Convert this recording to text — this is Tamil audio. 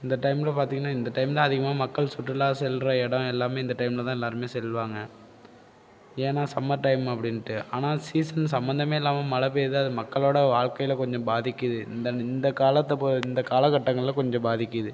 இந்த டைமில் பார்த்திங்கன்னா இந்த டைமில் அதிகமாக மக்கள் சுற்றுலா செல்கிற இடம் எல்லாமே இந்த டைமில் தான் எல்லாருமே செல்வாங்க ஏனால் சம்மர் டைம் அப்படின்ட்டு ஆனால் சீசன் சம்மந்தமே இல்லாமல் மழை பெய்யுது அது மக்களோடய வாழ்கையில் கொஞ்சம் பாதிக்கிது இந்த இந்த காலத்தை இந்த காலகட்டங்களில் கொஞ்சம் பாதிக்கிது